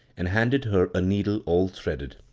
and handed her a needle all threaded.